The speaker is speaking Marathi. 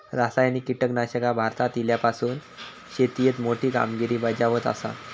रासायनिक कीटकनाशका भारतात इल्यापासून शेतीएत मोठी कामगिरी बजावत आसा